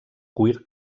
cuir